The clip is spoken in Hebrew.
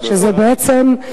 שזה בעצם,